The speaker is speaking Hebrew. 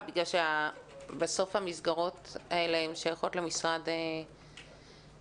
מכיוון שבסוף המסגרות האלה שייכות למשרד העבודה.